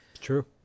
True